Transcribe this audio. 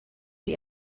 die